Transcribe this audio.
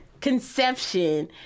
conception